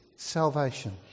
salvation